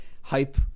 Hype